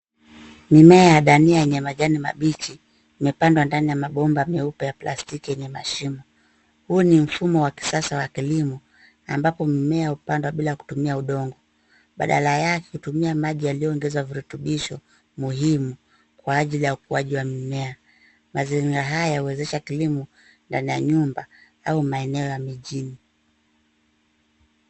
Mimea ya dania yenye majani mabichi imepandwa ndani ya mabomba meupe ya plastiki yenye mashimo. Huu ni mfumo wa kisasa wa kilimo, ambapo mimea hupandwa bila kutumia udongo. Badala yake hutumia maji yaliyoongezwa vurutubisho muhimu, kwa ajili ya ukuaji wa mimea. Mazingira haya huwezesha kilimo ndani ya nyumba au maeneo ya mijini.